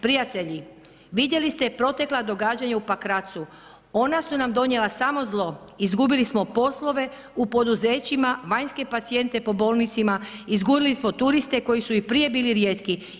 Prijatelji, vidjeli ste protekla događanja u Pakracu, ona su nam donijela samo zlo, izgubili smo poslove u poduzećima, vanjske pacijente po bolnicama, izgubili smo i turiste koji su i prije bili rijetki.